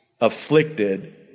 afflicted